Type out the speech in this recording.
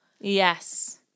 Yes